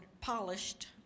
polished